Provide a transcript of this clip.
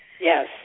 Yes